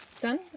Done